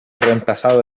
reemplazado